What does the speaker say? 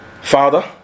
Father